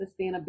sustainability